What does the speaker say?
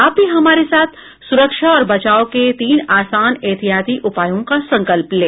आप भी हमारे साथ सुरक्षा और बचाव के तीन आसान एहतियाती उपायों का संकल्प लें